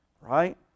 Right